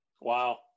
Wow